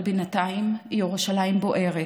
אבל בינתיים ירושלים בוערת.